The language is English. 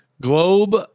Globe